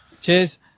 Cheers